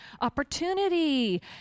opportunity